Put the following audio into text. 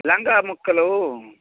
లంగా ముక్కలు